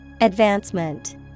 Advancement